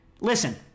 Listen